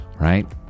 right